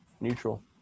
Neutral